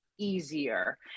easier